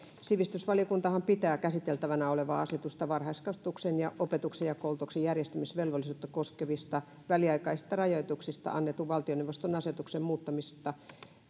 sivistysvaliokuntahan pitää käsiteltävänä olevaa asetusta varhaiskasvatuksen ja opetuksen ja koulutuksen järjestämisvelvollisuutta koskevista väliaikaisista rajoituksista annetun valtioneuvoston asetuksen muuttamisesta